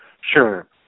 Sure